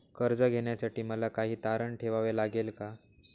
कर्ज घेण्यासाठी मला काही तारण ठेवावे लागेल का?